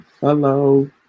Hello